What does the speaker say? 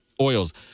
oils